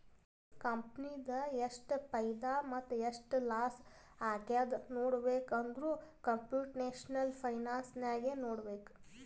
ಕಂಪನಿದು ಎಷ್ಟ್ ಫೈದಾ ಮತ್ತ ಎಷ್ಟ್ ಲಾಸ್ ಆಗ್ಯಾದ್ ನೋಡ್ಬೇಕ್ ಅಂದುರ್ ಕಂಪುಟೇಷನಲ್ ಫೈನಾನ್ಸ್ ನಾಗೆ ನೋಡ್ಬೇಕ್